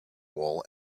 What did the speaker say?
wool